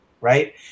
right